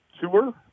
tour